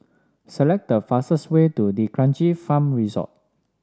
select the fastest way to D'Kranji Farm Resort